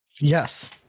Yes